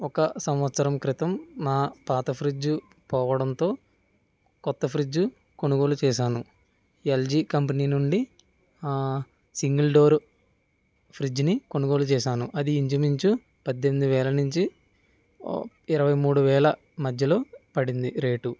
ఒక సంవత్సరం క్రితం నా పాత ఫ్రిడ్జ్ పోవడంతో కొత్త ఫ్రిడ్జ్ కొనుగోలు చేశాను ఎల్జీ కంపెనీ నుండి ఆ సింగల్ డోర్ ఫ్రిడ్జ్ని కొనుగోలు చేశాను అది ఇంచుమించు పద్దెనిమిది వేల నుంచి ఇరవై మూడు వేల మధ్యలో పడింది రేటు